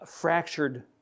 fractured